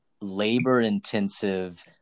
labor-intensive